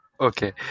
Okay